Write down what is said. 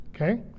okay